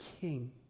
king